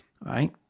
right